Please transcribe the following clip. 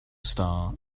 star